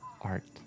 art